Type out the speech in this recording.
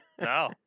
No